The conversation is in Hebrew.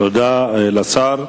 תודה לשר.